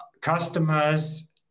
Customers